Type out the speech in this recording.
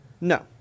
No